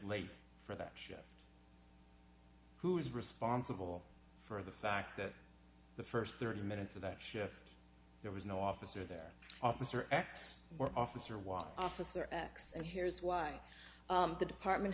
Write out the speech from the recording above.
late for that ship who is responsible for the fact that the first thirty minutes of that shift there was no officer there officer x or officer was officer x and here's why the department